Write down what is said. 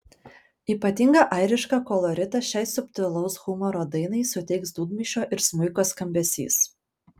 ypatingą airišką koloritą šiai subtilaus humoro dainai suteiks dūdmaišio ir smuiko skambesys